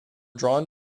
drawn